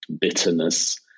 bitterness